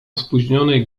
spóźnionej